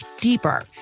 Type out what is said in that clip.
deeper